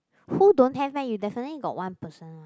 who don't have meh you definitely got one person one